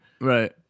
Right